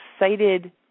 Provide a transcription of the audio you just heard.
excited